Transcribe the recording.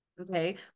okay